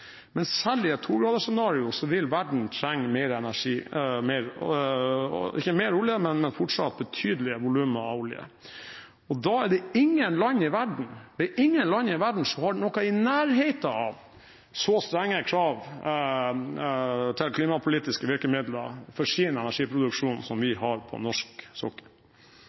Men selv i et togradersscenario vil verden trenge mer energi – ikke mer olje, men fortsatt betydelig volum av olje. Da er det ingen land i verden som har noe i nærheten av så strenge krav til klimapolitiske virkemidler for sin energiproduksjon som vi har på norsk sokkel.